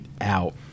out